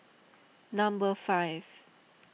number five